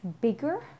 bigger